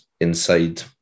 inside